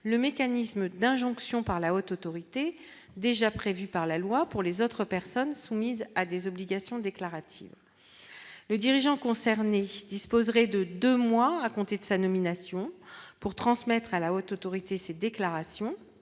le mécanisme d'injonction par la Haute autorité déjà prévu par la loi pour les autres personnes soumises à des obligations déclaratives, les dirigeants concernés disposeraient de 2 mois à compter de sa nomination pour transmettre à la Haute autorité, ses déclarations,